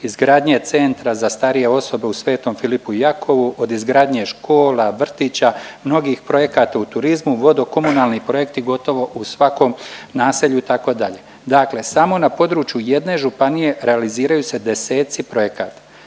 izgradnje Centra za starije osobe u Sv. Filipu i Jakovu, od izgradnje škola, vrtića, mnogih projekata u turizmu, vodokomunalni projekti gotovo u svakom naselju itd. Dakle samo na području jedne županije realiziraju se deseci projekata.